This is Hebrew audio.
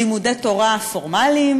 לימודי תורה פורמליים,